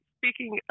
speaking